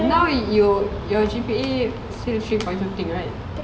now you your G_P_A three point something right